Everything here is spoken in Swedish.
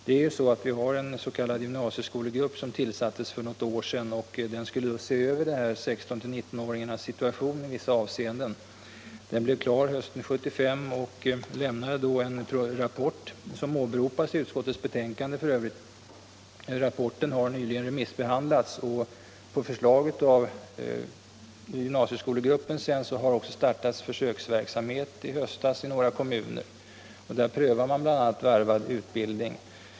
Det är så att vi har en s.k. gymnasieskolegrupp som tillsattes för något år sedan. Den skulle då se över 16-19-åringarnas situation i vissa avseenden. Den blev klar hösten 1975 och lämnade då en rapport, som f.ö. åberopas i utskottets betänkande. Rapporten har nyligen remissbehandlats. På förslag av gymnasieskolegruppen har det också i höstas startats försöksverksamhet i några kommuner. Där prövar man bl.a. varvad utbildning.